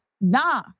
nah